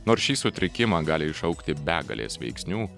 nors šį sutrikimą gali iššaukti begalės veiksnių